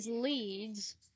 leads